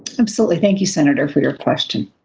absolutely. thank you senator for your question.